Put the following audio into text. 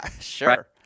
sure